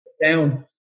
down